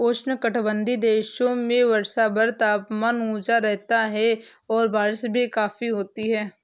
उष्णकटिबंधीय देशों में वर्षभर तापमान ऊंचा रहता है और बारिश भी काफी होती है